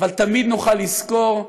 אבל תמיד נוכל לזכור.